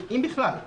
אם בכלל,